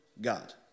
God